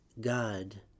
God